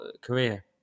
career